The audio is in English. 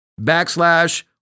backslash